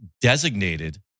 designated